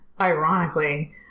ironically